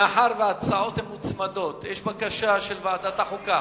מאחר שההצעות מוצמדות, יש בקשה של ועדת החוקה,